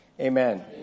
Amen